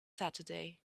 saturday